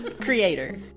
Creator